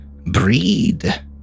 breed